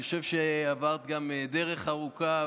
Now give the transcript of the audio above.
אני חושב שגם עברת דרך ארוכה,